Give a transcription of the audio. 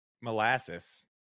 molasses